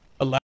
allow